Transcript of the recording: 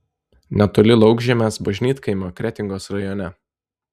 netoli laukžemės bažnytkaimio kretingos rajone